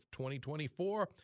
2024